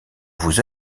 vous